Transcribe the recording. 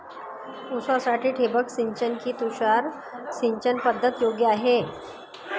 ऊसासाठी ठिबक सिंचन कि तुषार सिंचन पद्धत योग्य आहे?